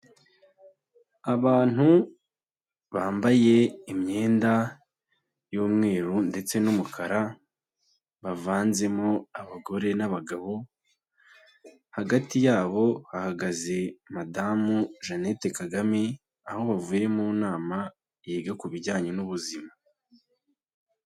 Abantu bambaye imyenda y'umweru ndetse n'umukara, bavanzemo abagore n'abagabo, hagati yabo hahagaze Madamu Jeannette Kagame aho bavuye mu nama yiga ku bijyanye n'ubuzima.